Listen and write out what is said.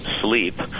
sleep